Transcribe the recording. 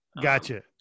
gotcha